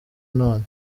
none